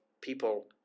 people